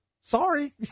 Sorry